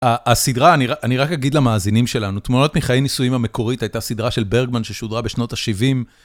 הסדרה, אני רק אגיד למאזינים שלנו, תמונות מחיי נישואים המקורית, הייתה סדרה של ברגמן ששודרה בשנות ה-70.